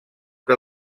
que